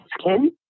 skin